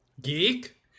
Geek